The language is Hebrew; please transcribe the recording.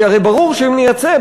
כי הרי ברור שאם נייצא,